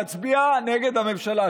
להצביע נגד הממשלה.